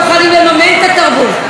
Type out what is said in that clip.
שמדברים תרבות,